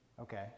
Okay